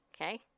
okay